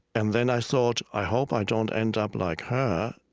and then i thought, i hope i don't end up like her.